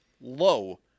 low